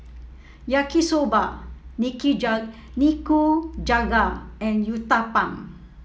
Yaki Soba Nikujaga and Uthapam